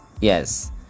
yes